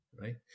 right